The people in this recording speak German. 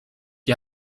die